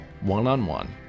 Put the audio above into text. one-on-one